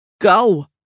Go